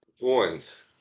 Coins